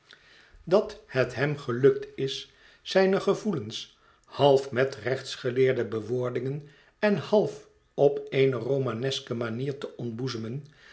dat het hem gelukt is zijne gevoelens half met rechtsgeleerde bewoordingen en half op eene romaneske manier te ontboezemen